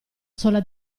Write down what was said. sola